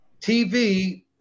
TV